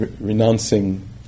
renouncing